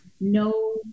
no